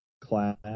class